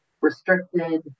restricted